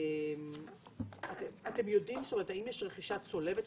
האם יש רכישה צולבת?